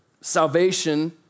Salvation